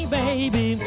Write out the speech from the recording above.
baby